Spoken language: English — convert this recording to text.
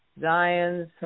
Zion's